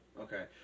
Okay